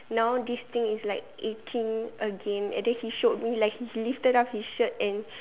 now this thing is like aching again and then he showed me like he lifted up his shirt and